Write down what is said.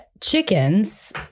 chickens